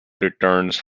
returns